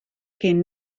kin